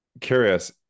curious